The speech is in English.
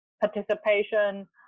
participation